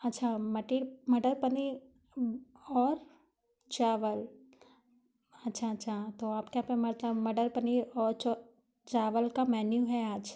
अच्छा मटर पनीर और चावल अच्छा अच्छा तो आपके यहाँ पर मटर पनीर और चावल का मेन्यू है आज